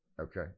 Okay